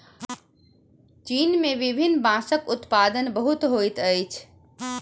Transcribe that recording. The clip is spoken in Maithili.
चीन में विभिन्न बांसक उत्पादन बहुत होइत अछि